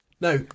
Now